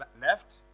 left